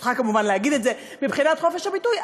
זכותך כמובן להגיד את זה מבחינת חופש הביטוי,